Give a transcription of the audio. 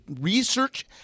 research